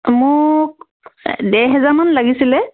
মোক দেৰ হেজাৰমান লাগিছিলে